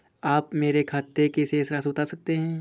आप मुझे मेरे खाते की शेष राशि बता सकते हैं?